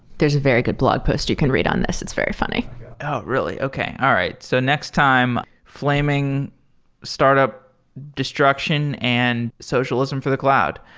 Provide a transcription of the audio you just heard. there's a very good blog post you can read on this. it's very funny oh! really? okay. all right. so next time, flaming startup destruction and socialism for the cloud.